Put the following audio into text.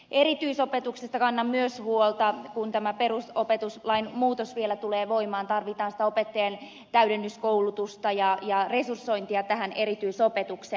erityisopetuksesta kannan myös huolta kun tämä perusopetuslain muutos vielä tulee voimaan tarvitaan sitä opettajien täydennyskoulutusta ja resursointia tähän erityisopetukseen